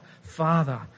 Father